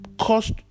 cost